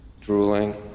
drooling